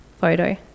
photo